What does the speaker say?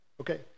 Okay